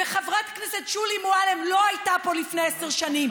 וחברת הכנסת שולי מועלם לא הייתה פה לפני עשר שנים,